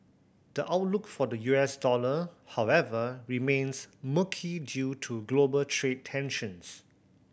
the outlook for the U S dollar however remains murky due to global trade tensions